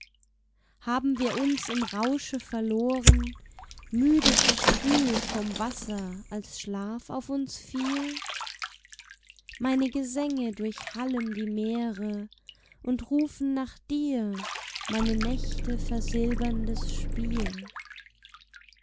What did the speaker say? haben wir uns im rausche verloren müde verspühlt vom wasser als schlaf auf uns fiel meine gesänge durchhallen die meere und rufen nach dir meine nächte versilberndes spiel